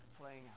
playing